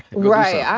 right. yeah